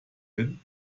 hin